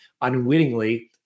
unwittingly